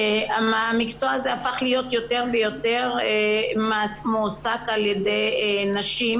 המקצוע הזה הפך להיות יותר ויותר מועסק על ידי נשים